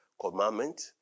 commandment